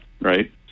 right